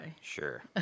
Sure